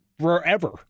forever